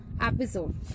episode